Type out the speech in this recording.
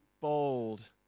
bold